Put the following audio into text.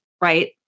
right